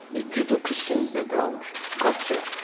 the judeo-christian background culture,